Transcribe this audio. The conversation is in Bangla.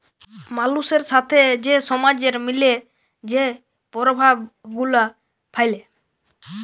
মালুসের সাথে যে সমাজের মিলে যে পরভাব গুলা ফ্যালে